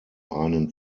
einen